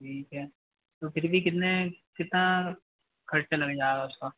ठीक है तो फिर भी कितने कितना ख़र्चा लग जाएगा उसका